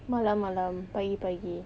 malam malam pagi pagi